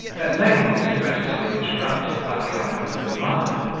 at length his addresses were interrupted by the arrival of the mother,